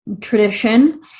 tradition